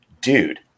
Dude